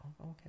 okay